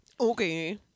Okay